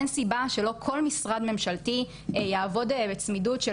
אין סיבה שלא כל משרד ממשלתי יעבוד בצמידות של